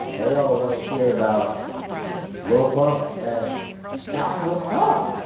they all want to hear about lil pump and that's what's up.